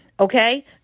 Okay